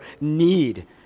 need